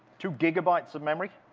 two gigabytes of memory?